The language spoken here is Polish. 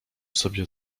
sobie